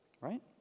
right